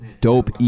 dope